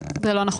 זה לא נכון.